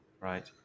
Right